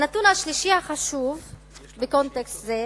הנתון השלישי החשוב בקונטקסט זה,